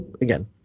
Again